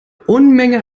unmenge